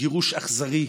גירוש אכזרי,